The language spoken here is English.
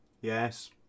Yes